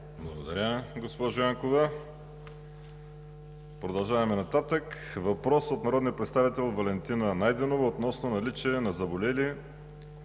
Благодаря, госпожо Янкова. Продължаваме нататък с въпрос от народния представител Валентина Найденова относно наличие на заболели